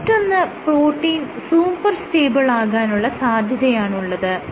മറ്റൊന്ന് protein super stable ആകാനുള്ള സാധ്യതയാണുള്ളത്